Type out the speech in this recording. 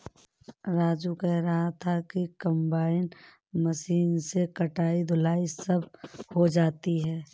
राजू कह रहा था कि कंबाइन मशीन से कटाई धुलाई सब हो जाती है